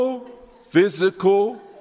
physical